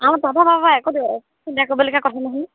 চিন্তা কৰিবলগীয়া কথা নহয়